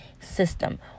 system